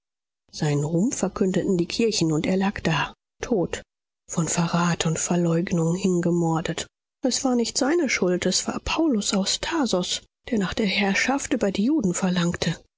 seinen ruhm verkündeten die kirchen und er lag da tot von verrat und verleugnung hingemordet es war nicht seine schuld es war paulus aus tarsos der nach der herrschaft über die juden verlangte